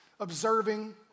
observing